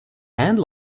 and